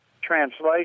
translation